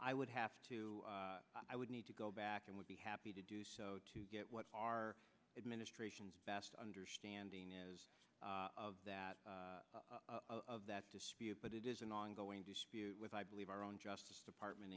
i would have to i need to go back and would be happy to do so to get what our administration's best understanding is of that of that dispute but it is an ongoing dispute with i believe our own justice department